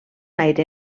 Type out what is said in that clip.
aire